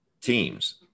teams